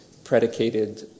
predicated